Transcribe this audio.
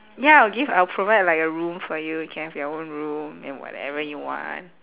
ya I'll give I'll provide like a room for you you can have your own room and whatever you want